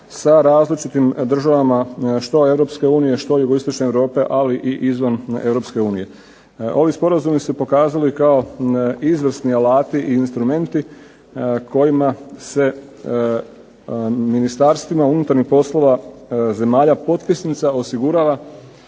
sa različitim državama što EU, što jugoistočne Europe, ali i izvan EU. Ovim sporazumi su se pokazali kao izvrsni alati i instrumenti kojima se ministarstvima unutarnjih poslova zemalja potpisnica osigurava